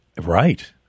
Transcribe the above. Right